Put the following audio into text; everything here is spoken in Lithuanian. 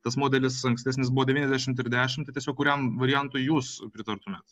tas modelis ankstesnis buvo devyniasdešimt ir dešimt tai tiesiog kuriam variantui jūs pritartumėt